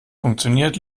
funktioniert